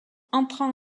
entrant